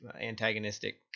antagonistic